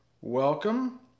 Welcome